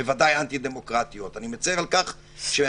בוודאי אנטי דמוקרטיות אני מצר על כך שדווקא